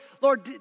Lord